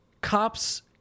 Cops